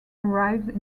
arrives